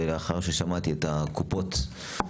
ולאחר ששמעתי את הקופות,